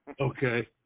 Okay